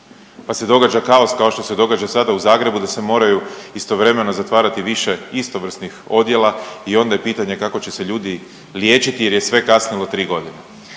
pa se događa kaos kao što se događa sada u Zagrebu da se moraju istovremeno zatvarati više istovrsnih odjela i onda je pitanje kako će se ljudi liječiti jer je sve kasnilo 3 godine.